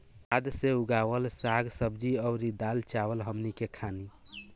खाद से उगावल साग सब्जी अउर दाल चावल हमनी के खानी